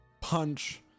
punch